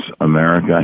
America